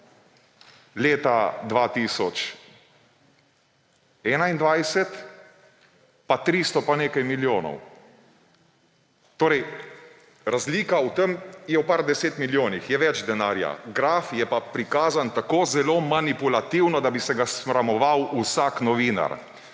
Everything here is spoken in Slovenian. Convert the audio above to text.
leta 2021 pa 300 in nekaj milijonov. Torej razlika v tem je v nekaj deset milijonih, je več denarja, graf je pa prikazan tako zelo manipulativno, da bi se ga sramoval vsak novinar.